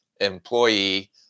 employee